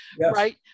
right